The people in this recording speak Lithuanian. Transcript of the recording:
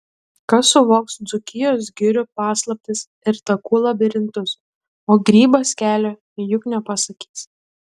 kas suvoks dzūkijos girių paslaptis ir takų labirintus o grybas kelio juk nepasakys